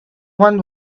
one